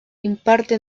imparte